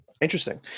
interesting